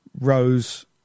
rose